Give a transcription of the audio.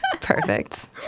Perfect